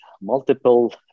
multiple